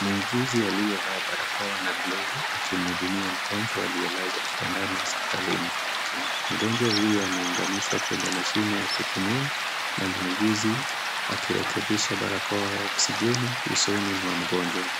Muuguzi aliyevaa barakoa na glovu akimhudumia mgonjwa aliyelazwa kitandani hospitalini. Mgonjwa huyo ameunganishwa kwenye mashine ya kupumua na muuguzi akirekebisha barakoa ya oksijeni usoni mwa mgonjwa.